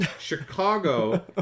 Chicago